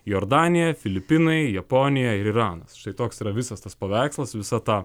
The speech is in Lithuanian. jordanija filipinai japonija ir iranas štai toks yra visas tas paveikslas visa ta